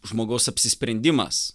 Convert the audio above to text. žmogaus apsisprendimas